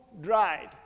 dried